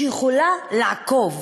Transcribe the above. שיכולה לעקוב